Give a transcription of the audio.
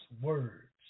words